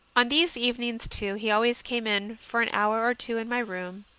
on these evenings, too, he always came in for an hour or two in my room,